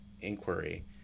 inquiry